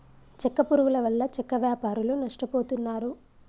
చెక్క పురుగుల వల్ల చెక్క వ్యాపారులు నష్టపోతున్నారు